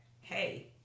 hey